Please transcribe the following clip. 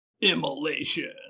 Immolation